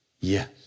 Yes